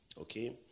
okay